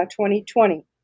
2020